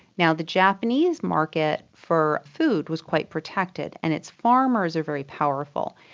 now, the japanese market for food was quite protected, and its farmers are very powerful,